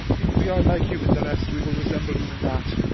if we are like you in the rest, we will resemble you in that.